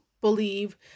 believe